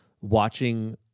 Watching